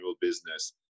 business